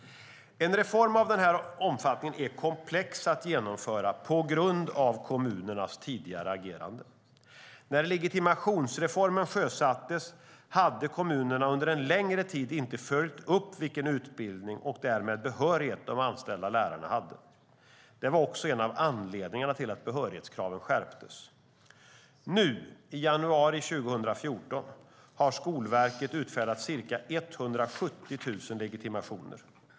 En reform av den här omfattningen är komplex att genomföra på grund av kommunernas tidigare agerande. När legitimationsreformen sjösattes hade kommunerna under en längre tid inte följt upp vilken utbildning och därmed behörighet de anställda lärarna hade. Det var också en av anledningarna till att behörighetskraven skärptes. Nu, i januari 2014, har Skolverket utfärdat ca 170 000 legitimationer.